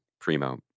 Primo